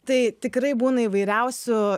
tai tikrai būna įvairiausių